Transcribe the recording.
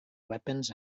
weapons